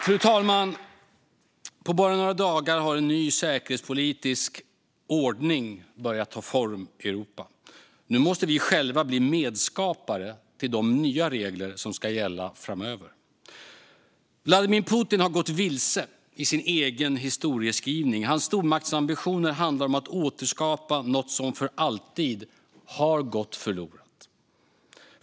Fru talman! På bara några dagar har en ny säkerhetspolitisk ordning börjat ta form i Europa. Nu måste vi själva bli medskapare till de nya regler som ska gälla framöver. Vladimir Putin har gått vilse i sin egen historieskrivning. Hans stormaktsambitioner handlar om att återskapa något som för alltid har gått förlorat.